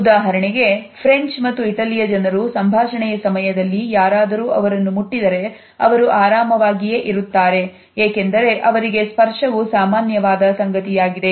ಉದಾಹರಣೆಗೆ ಫ್ರೆಂಡ್ಸ್ ಮತ್ತು ಇಟಲಿಯ ಜನರು ಸಂಭಾಷಣೆಯ ಸಮಯದಲ್ಲಿ ಯಾರಾದರೂ ಅವರನ್ನು ಮುಟ್ಟಿದರೆ ಅವರು ಆರಾಮವಾಗಿಯೇ ಇರುತ್ತಾರೆ ಏಕೆಂದರೆ ಅವರಿಗೆ ಸ್ಪರ್ಶವು ಸಾಮಾನ್ಯವಾದ ಸಂಗತಿಯಾಗಿದೆ